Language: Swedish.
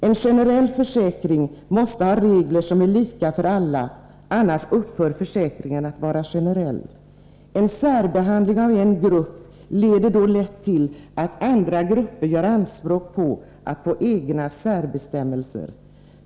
En generell försäkring måste ha regler som är lika för alla annars upphör försäkringen att vara generell. En särbehandling av en grupp leder då lätt till att andra grupper gör anspråk på att få egna särbestämmelser.